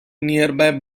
nearby